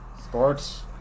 sports